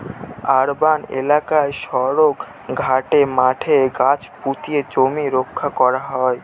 urban এলাকায় সড়ক, ঘাটে, মাঠে গাছ পুঁতে জমি রক্ষা করা হয়